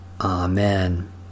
Amen